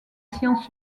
sciences